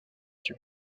dieu